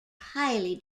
highly